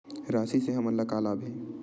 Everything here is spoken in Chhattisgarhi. राशि से हमन ला का लाभ हे?